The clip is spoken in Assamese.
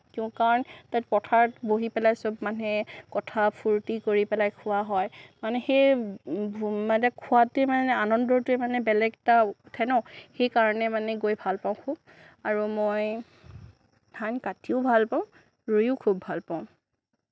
কিয় কাৰণ পথাৰত বহি পেলাই সব মানুহে কথা ফুৰ্তি কৰি পেলাই খোৱা হয় মানে সেই খোৱাটোৱে মানে আনন্দটোৱেই বেলেগ এটা উঠে ন সেইকাৰণে মানে গৈ ভাল পাওঁ খুউব আৰু মই ধান কাটিও ভাল পাওঁ ৰুইও খুউব ভাল পাওঁ